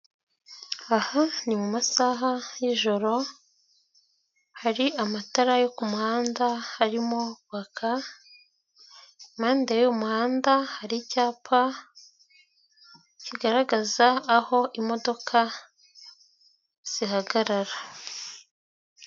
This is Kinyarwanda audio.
Aha ni mu masaha y'ijoro, hari amatara yo ku muhanda arimo kwaka, impande y'uwo muhanda hari icyapa kigaragaza aho imodoka zihagarara.